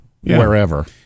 wherever